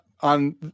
on